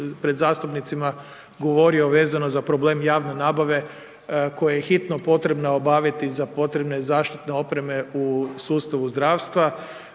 pred zastupnicima govorio vezano za problem javne nabave koje je hitno potrebno obaviti za potrebne zaštitne opreme u sustavu zdravstva.